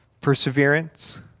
perseverance